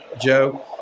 Joe